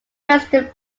resistant